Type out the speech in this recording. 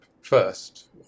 first